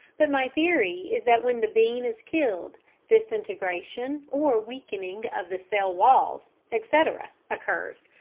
but my theory is that when the bean is killed disintegration or weakening of the cell walls, etc, occurs,